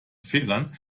fehlern